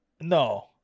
No